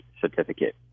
certificate